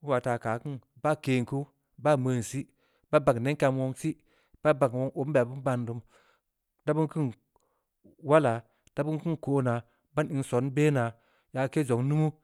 beu ba ta keu aah kin. baa ken kuu, baa meun sii, bagn neb kambud wong sii, baa bagn wong abun beya beun baan doo. da beun keun walaa. da beun kona. ban in son bena. yaa ke zong numu.